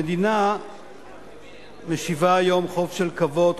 המדינה משיבה היום חוב של כבוד,